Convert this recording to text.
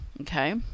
okay